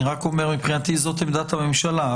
אני רק אומר שמבחינתי זו עמדת הממשלה.